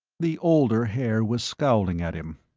the older haer was scowling at him.